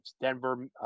Denver